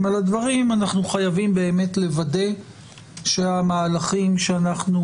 על הדברים אנחנו חייבים באמת לוודא שהמהלכים שאנחנו